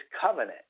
covenant